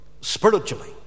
spiritually